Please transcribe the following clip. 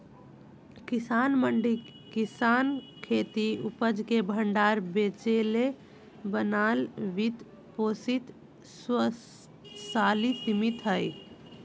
किसान मंडी किसानखेती उपज के भण्डार बेचेले बनाल वित्त पोषित स्वयात्तशासी समिति हइ